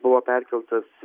buvo perkeltas